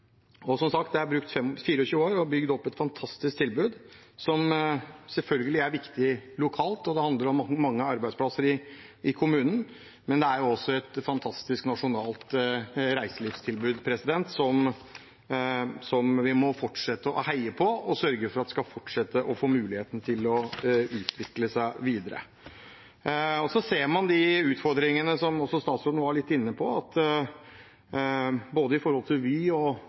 er brukt 24 år på å bygge opp et fantastisk tilbud, som selvfølgelig er viktig lokalt. Det handler om mange arbeidsplasser i kommunen. Men det er også et fantastisk nasjonalt reiselivstilbud, som vi må fortsette å heie på og sørge for at skal fortsette og få muligheten til å utvikles videre. Så ser man de utfordringene som også statsråden var litt inne på – Vy som togselskap og transportselskap, og